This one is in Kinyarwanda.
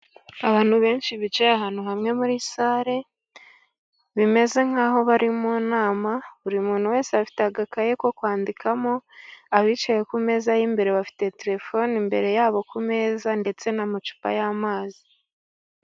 Abantu benshi bicaye ahantu hamwe muri sale bimeze nkaho bari mu nama, buri muntu wese afite agakaye ko kwandikamo, abicaye ku meza y'imbere bafite telefone imbere yabo kumeza ndetse n'amacupa y'amazi.